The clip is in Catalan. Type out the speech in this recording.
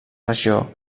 regió